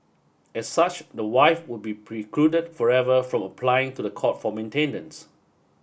as such the wife would be precluded forever from applying to the court for maintenance